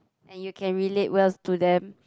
and you can relate well to them